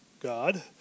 God